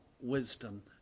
wisdom